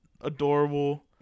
adorable